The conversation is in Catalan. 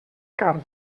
carn